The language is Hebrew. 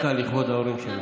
קחי עוד דקה לכבוד ההורים שלך.